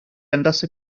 andasse